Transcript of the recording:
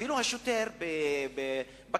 אפילו השוטר בכניסה,